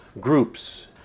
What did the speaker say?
groups